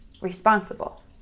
responsible